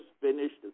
finished